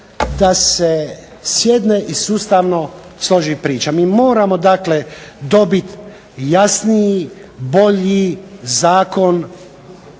da se sjedne i sustavno složi priča. Mi moramo dakle dobiti jasniji, bolji zakon,